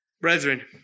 Brethren